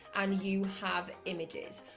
um you have images.